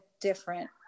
different